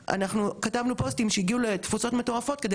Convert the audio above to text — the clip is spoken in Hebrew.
כדי לנסות ולהסביר איך נראה הטופס,